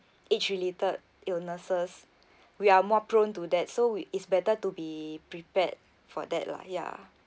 age related illnesses we are more prone to that so we it's better to be prepared for that lah ya